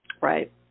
right